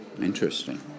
Interesting